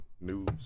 news